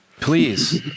please